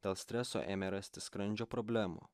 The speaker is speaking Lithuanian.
dėl streso ėmė rastis skrandžio problemų